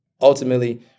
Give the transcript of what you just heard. ultimately